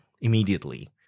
immediately